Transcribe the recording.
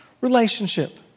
relationship